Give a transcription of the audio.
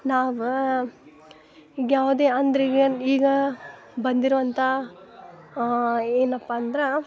ನಾವು ಈಗ ಯಾವ್ದೇ ಅಂದ್ರೆ ಈಗ ಈಗ ಬಂದಿರೋ ಅಂತ ಏನಪ್ಪ ಅಂದ್ರೆ